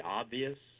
obvious